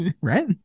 right